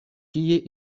tie